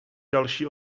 další